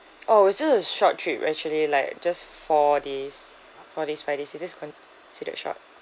oh it's just a short trip actually like just four days four days five days is this considered short